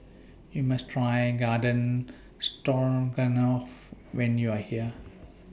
YOU must Try Garden Stroganoff when YOU Are here